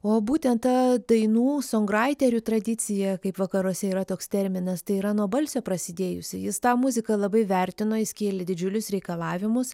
o būtent ta dainų songraiterių tradicija kaip vakaruose yra toks terminas tai yra nuo balsiai prasidėjusi jis tą muziką labai vertino jis kėlė didžiulius reikalavimus